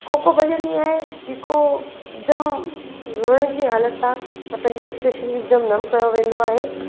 को को भॼन इअं आहे जेको इकदमि रोइण जी हालत आहे त पंहिंजा एक्स्प्रेशन इकदमि नमु कयो वेंदो आहे